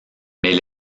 mais